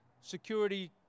security